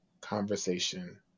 conversation